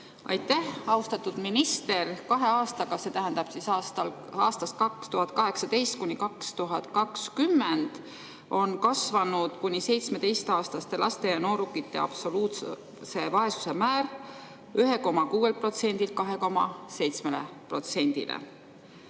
Aitäh! Austatud minister! Kahe aastaga, see tähendab aastatel 2018–2020 on kasvanud kuni 17‑aastaste laste ja noorukite absoluutse vaesuse määr 1,6%-lt